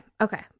okay